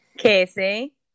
Casey